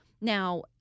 Now